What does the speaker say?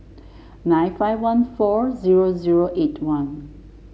nine five one four zero zero eight one